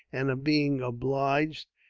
and of being obliged,